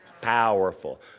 powerful